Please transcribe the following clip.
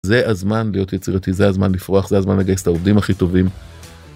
זה הזמן להיות יצירתי, זה הזמן לפרוח, זה הזמן לגייס את העובדים הכי טובים.